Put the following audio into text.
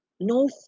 No